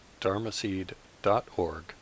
dharmaseed.org